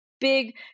big